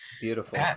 beautiful